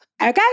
Okay